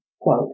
quote